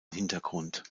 hintergrund